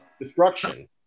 destruction